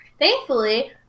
thankfully